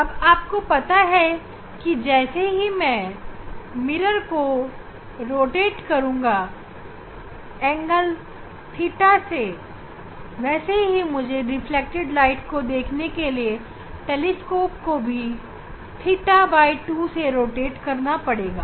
अब आपको पता है कि जैसे ही मैं मिरर को एंगल थीटा से रोटेट करूँगा वैसे ही मुझे रिफ्लेक्टेड प्रकाश को देखने के लिए टेलीस्कोपको भी ½ थीटा से रोटेट करना पड़ेगा